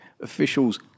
Officials